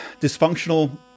dysfunctional